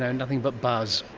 and nothing but buzz?